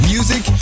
Music